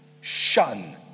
Shun